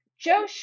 Joe